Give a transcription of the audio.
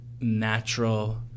natural